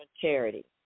charity